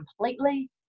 completely